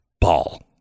ball